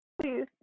Please